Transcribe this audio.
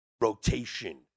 rotation